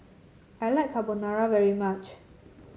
I like Carbonara very much